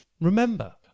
remember